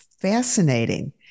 fascinating